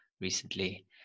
recently